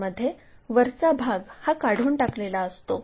यामध्ये वरचा भाग हा काढून टाकलेला असतो